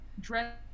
dress